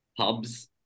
pubs